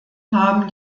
haben